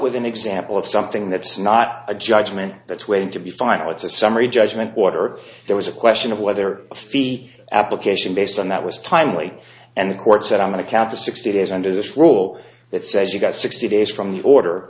with an example of something that's not a judgment that's waiting to be final it's a summary judgment water there was a question of whether a fee application based on that was timely and the court said i'm going to count to sixty days under this rule that says you got sixty days from the order